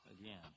again